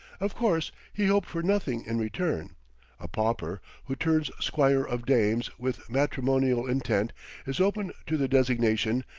of course he hoped for nothing in return a pauper who turns squire-of-dames with matrimonial intent is open to the designation,